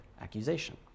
accusation